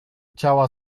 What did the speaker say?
ciała